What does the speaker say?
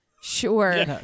Sure